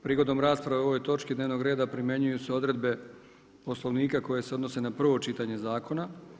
Prigodom rasprave o ovoj točki dnevnog reda primjenjuju se odredbe Poslovnika koje se odnose na prvo čitanje zakona.